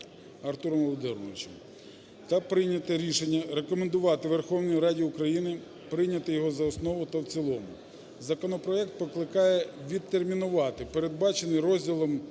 Артуром Володимировичем, та прийняв рішення рекомендувати Верховній Раді України прийняти його за основу та в цілому. Законопроект покликає відтермінувати передбачений Розділом